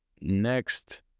Next